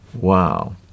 Wow